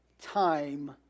time